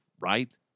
right